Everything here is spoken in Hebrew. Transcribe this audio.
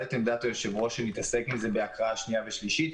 את עמדת היושב-ראש שנתעסק בזה בהכנה לקריאה השנייה והשלישית.